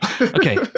Okay